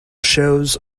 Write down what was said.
shows